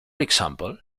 example